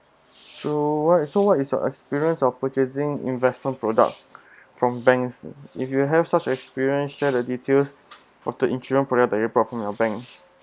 so what so what is your experience of purchasing investment products from banks if you have such experience shared the details of the insurance product that you brought from your bank